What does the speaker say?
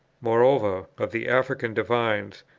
moreover, of the african divines,